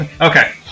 Okay